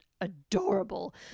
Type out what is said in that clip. adorable